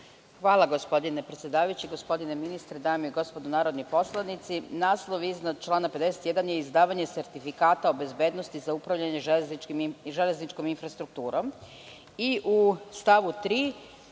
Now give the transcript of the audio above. Hvala. Gospodine ministre, dame i gospodo narodni poslanici, naslov iznad člana 51. je – Izdavanje sertifikata o bezbednosti za upravljanje železničkom infrastrukturom.